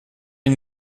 ils